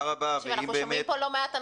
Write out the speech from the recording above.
אנחנו שומעים פה לא מעט אנשים.